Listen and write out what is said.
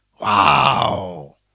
Wow